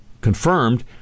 confirmed